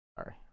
Sorry